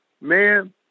man